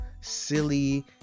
silly